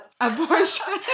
abortion